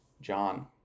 john